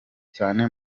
cyane